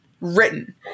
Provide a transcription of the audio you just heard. written